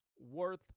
worth